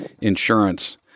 insurance